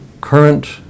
current